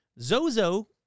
Zozo